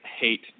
hate